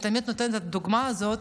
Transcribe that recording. אני תמיד נותנת את הדוגמה הזאת: